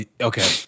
okay